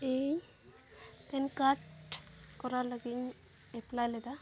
ᱤᱧ pen card ᱠᱚᱨᱟᱣ ᱞᱟᱹᱜᱤᱫ ᱤᱧ ᱮᱯᱞᱟᱭ ᱞᱮᱫᱟ